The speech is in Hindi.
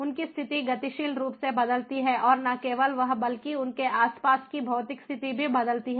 उनकी स्थिति गतिशील रूप से बदलती है और न केवल वह बल्कि उनके आस पास की भौतिक स्थिति भी बदलती है